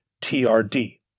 TRD